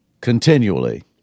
continually